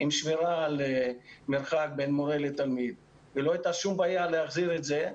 עם שמירה על מרחק בין מורה לתלמיד ולא הייתה שום בעיה להחזיר את זה,